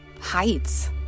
heights